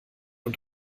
und